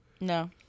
No